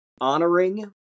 honoring